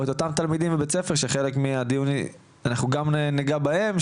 או את אותם תלמידים בבית ספר שחלק מהדיון אנחנו גם ניגע בהם,